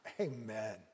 Amen